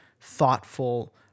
thoughtful